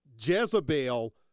Jezebel